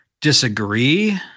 disagree